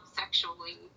sexually